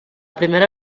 primera